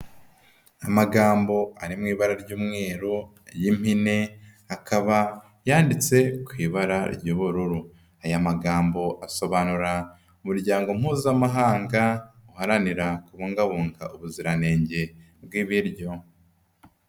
Amagambo ari mu ibara ry'umweru y'impine, akaba yanditsewi ibara ry'ubururu. Aya magambo asobanura umuryango mpuzamahanga uharanira kubungabunga ubuziranenge bw'ibiryo.